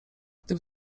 gdyby